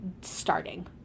starting